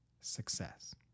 success